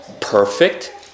perfect